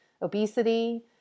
Obesity